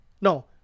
No